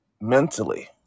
Mentally